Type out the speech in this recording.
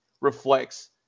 reflects